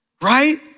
right